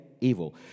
evil